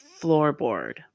floorboard